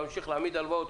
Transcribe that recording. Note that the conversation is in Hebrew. להמשיך להעמיד הלוואות.